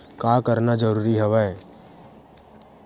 का करना जरूरी हवय?